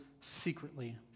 secretly